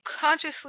consciously